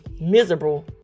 miserable